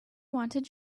wanted